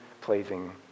pleasing